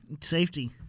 Safety